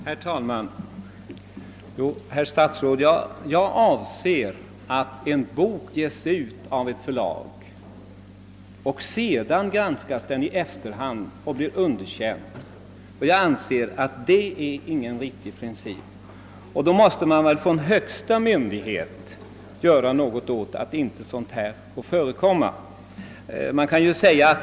Herr talman! Jo, herr statsråd, vad jag avser är att en bok ges ut av ett förlag och först i efterhand blir föremål för granskning, varvid den blir underkänd. Jag anser att detta icke är en riktig ordning, och därför bör den högsta beslutande myndigheten vidta någon åtgärd för att sådant inte skall få förekomma.